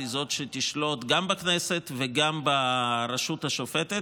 היא זאת שתשלוט גם בכנסת וגם ברשות השופטת,